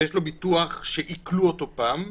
ויש לו ביטוח שעיקלו אותו פעם,